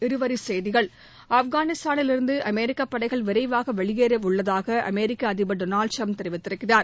இருவரிச்செய்திகள் ஆப்கானிஸ்தானிலிருந்து அமெரிக்கப் படைகள் விரைவாக வெளியேற உள்ளதாக அமெரிக்க அதிபர் திரு டொனல்ட் ட்ரம்ப் கூறியிருக்கிறார்